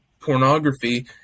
pornography